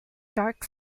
dark